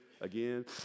again